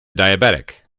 diabetic